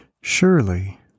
Surely